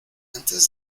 antes